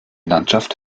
landschaft